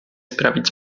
sprawić